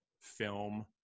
film